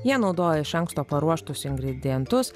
jie naudoja iš anksto paruoštus ingredientus